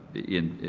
in